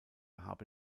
habe